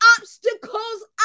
obstacles